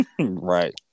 Right